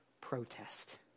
protest